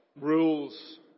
rules